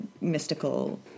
mystical